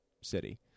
city